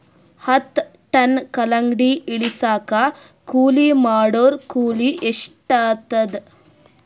ಹತ್ತ ಟನ್ ಕಲ್ಲಂಗಡಿ ಇಳಿಸಲಾಕ ಕೂಲಿ ಮಾಡೊರ ಕೂಲಿ ಎಷ್ಟಾತಾದ?